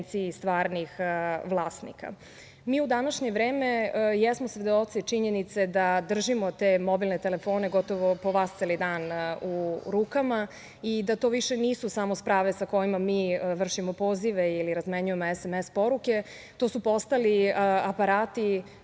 stvarnih vlasnika. Mi u današnje vreme jesmo svedoci činjenice da držimo te mobilne telefone gotovo po vasceli dan u rukama i da to više nisu samo sprave sa kojima mi vršimo pozive ili razmenjujemo SMS poruke, to su postali aparati